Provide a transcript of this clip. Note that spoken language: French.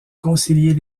concilier